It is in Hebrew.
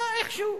נראה איך שהוא,